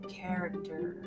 character